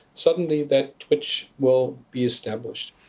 suddenly that twitch will be established.